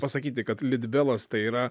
pasakyti kad litbelas tai yra